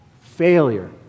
failure